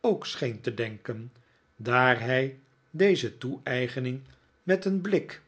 ook scheen te denken daar hij deze toeeigening met een blik